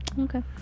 okay